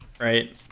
right